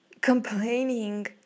complaining